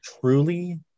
truly